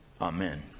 Amen